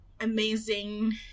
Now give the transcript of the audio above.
amazing